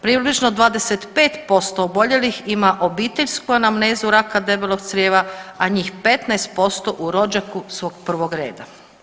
Približno 25% oboljelih ima obiteljsku anamnezu raka debelog crijeva, a njih 15% u rođaku svog prvog reda.